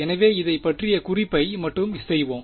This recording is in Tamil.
எனவே இதைப் பற்றிய குறிப்பை மட்டும் செய்வோம்